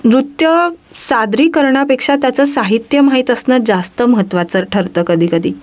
नृत्य सादरीकरणापेक्षा त्याचं साहित्य माहीत असणं जास्त महत्त्वाचं ठरतं कधीकधी